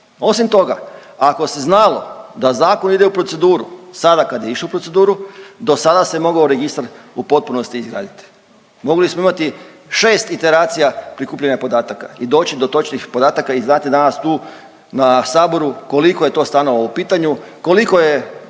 Osim toga ako se znalo da zakon ide u proceduru sada kad je išao u proceduru, do sada se mogao registar u potpunosti izgraditi. Mogli smo imati 6 iteracija prikupljanja podataka i doći do točnih podataka i znati danas tu na saboru koliko je to stanova u pitanju, koliko je